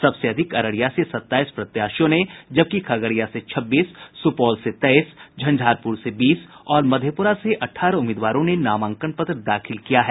सबसे अधिक अररिया से सत्ताईस प्रत्याशियों ने जबकि खगड़िया से छब्बीस सुपौल से तेईस झंझारपुर से बीस और मधेप्रा से अठारह उम्मीदवारों ने नामांकन पत्र दाखिल किये हैं